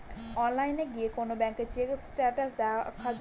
অনলাইনে গিয়ে কোন ব্যাঙ্কের চেক স্টেটাস দেখা যায়